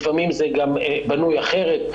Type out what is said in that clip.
לפעמים זה בנוי אחרת,